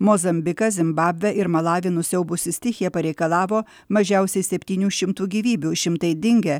mozambiką zimbabvę ir malavį nusiaubusi stichija pareikalavo mažiausiai septynių šimtų gyvybių šimtai dingę